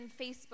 Facebook